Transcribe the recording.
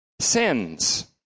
sins